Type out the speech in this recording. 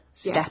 step